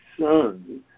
son